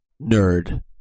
nerd